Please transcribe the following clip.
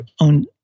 own